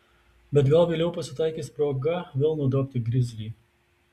bet gal vėliau pasitaikys proga vėl nudobti grizlį